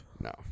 No